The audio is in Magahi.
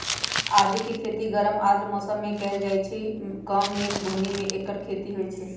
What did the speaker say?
आदिके खेती गरम आर्द्र मौसम में कएल जाइ छइ कम मेघ बून्नी में ऐकर खेती होई छै